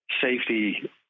safety